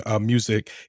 music